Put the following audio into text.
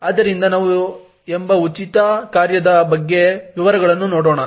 ಆದ್ದರಿಂದ ನಾವು ಎಂಬ ಉಚಿತ ಕಾರ್ಯದ ಬಗ್ಗೆ ವಿವರಗಳನ್ನು ನೋಡೋಣ